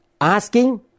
asking